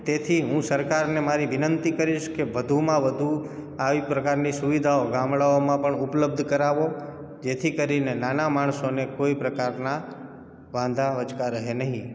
તેથી હું સરકારને મારી વિનંતી કરીશ કે વધુમાં વધુ આવી પ્રકારની સુવિધાઓ ગામડાઓમાં પણ ઉપલબ્ધ કરાવો જેથી કરીને નાના માણસોને કોઇપણ પ્રકારના વાંધા વચકા રહે નહીં